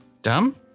Dumb